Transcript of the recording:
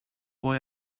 boy